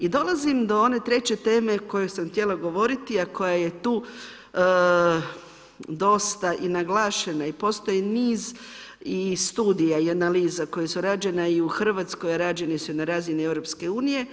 I dolazim do one treće teme o kojoj sam htjela govoriti, a koja je tu dosta i naglašena i postoji niz i studija i analiza koje su rađene i u Hrvatskoj, rađene su na razini EU.